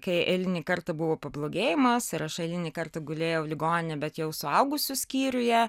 kai eilinį kartą buvo pablogėjimas ir aš eilinį kartą gulėjau ligoninėj bet jau suaugusių skyriuje